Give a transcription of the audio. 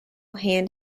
hand